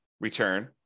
return